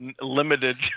limited